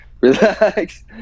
relax